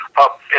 up